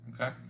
Okay